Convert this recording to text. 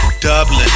Dublin